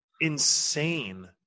insane